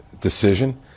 decision